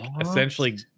essentially